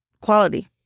quality